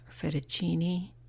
fettuccine